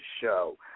show